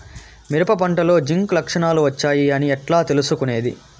మిరప పంటలో జింక్ లక్షణాలు వచ్చాయి అని ఎట్లా తెలుసుకొనేది?